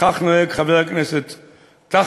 כך נוהג חבר הכנסת טרכטנברג,